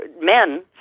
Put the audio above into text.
men